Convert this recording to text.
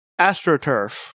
AstroTurf